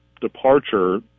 departure